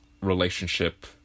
relationship